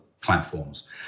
platforms